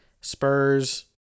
Spurs